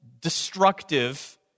destructive